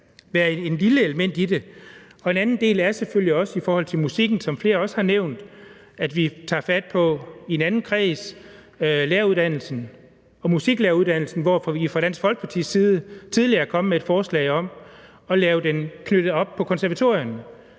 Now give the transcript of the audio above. være et lille element i det. En anden del er selvfølgelig også musikken, hvilket flere også har nævnt. Vi kan tage fat på en anden kreds, nemlig læreruddannelsen og musiklæreruddannelsen, som vi fra Dansk Folkepartis side tidligere er kommet med et forslag om at knytte op på konservatorierne,